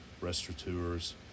restaurateurs